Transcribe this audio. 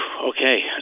Okay